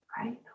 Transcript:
right